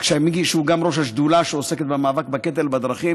שהוא גם ראש השדולה שעוסקת במאבק בקטל בדרכים,